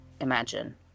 imagine